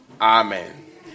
Amen